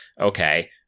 okay